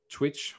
Twitch